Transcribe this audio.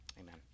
Amen